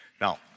Now